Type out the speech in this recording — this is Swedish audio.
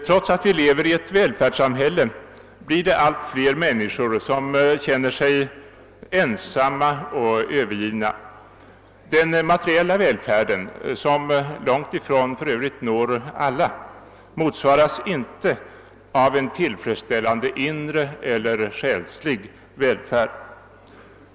Trots att vi lever i ett välfärdssamhälle blir antalet medborgare som känner sig ensamma och övergivna allt fler. Den materiella välfärden — som för övrigt når långt ifrån alla — motsvaras inte av en tillfredsställande inre eller själslig välfärd.